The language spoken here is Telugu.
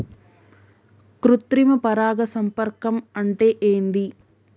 కృత్రిమ పరాగ సంపర్కం అంటే ఏంది?